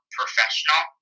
professional